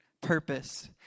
purpose